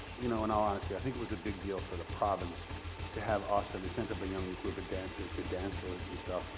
you know and all honesty, i think it was a big deal for the province to have us and they sent up a young group of dancers to dance with us and stuff.